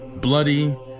bloody